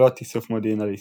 יכולות איסוף מודיעין על ישראל,